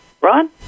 Ron